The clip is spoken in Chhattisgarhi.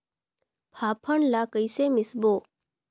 फाफण ला कइसे मिसबो?